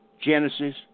Genesis